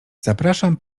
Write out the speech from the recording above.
zapraszam